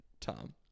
Tom